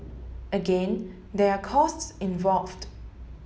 again there are costs involved